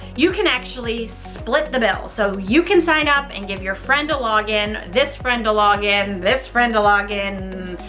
you can actually split the bill. so you can sign up and give your friend a log in, this friend a log in, this friend a log in,